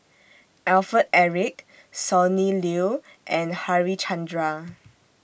Alfred Eric Sonny Liew and Harichandra